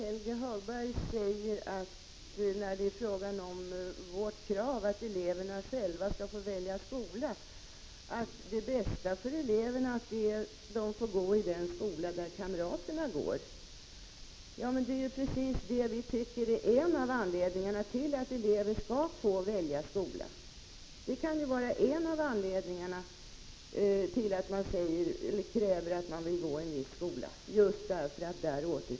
Herr talman! Helge Hagberg säger om vårt krav att eleverna själva skall få välja skola, att det bästa för eleverna är att de får gå i den skola där kamraterna går. Ja, det är just en av anledningarna till att vi kräver att eleverna skall få välja skola.